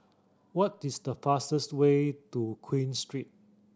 what is the fastest way to Queen Street